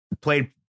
played